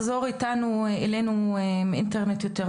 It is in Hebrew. ובהקשר ישיר לשאלה ששאלה ענבל בנוגע לאכיפה עקיפה של הנושא